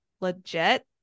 legit